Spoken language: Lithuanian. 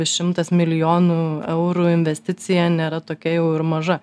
šimtas milijonų eurų investicija nėra tokia jau ir maža